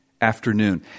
afternoon